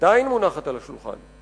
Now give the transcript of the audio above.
עדיין מונחת על השולחן,